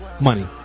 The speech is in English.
Money